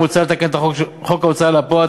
"מוצע לתקן את חוק ההוצאה לפועל,